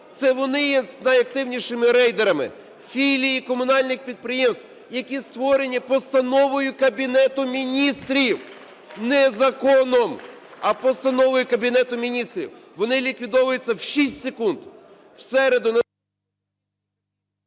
це вони є найактивнішими рейдерами. Філії комунальних підприємств, які створені постановою Кабінету Міністрів, не законом, а постановою Кабінету Міністрів, вони ліквідовуються в 6 секунд.